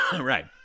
Right